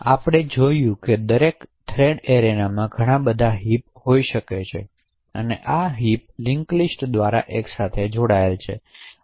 આપણે જોયું છે કે દરેક થ્રેડ એરેનામાં ઘણા બધા હિપ હોઈ શકે છે તેથી આ હિપ લીંક લિસ્ટ દ્વારા એક સાથે જોડાયેલા છે